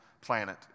planet